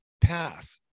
path